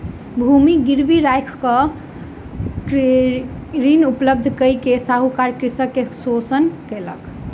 भूमि गिरवी राइख के ऋण उपलब्ध कय के साहूकार कृषक के शोषण केलक